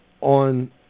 on